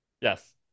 Yes